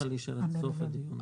לא אוכל להישאר עד סוף הדיון.